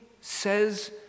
says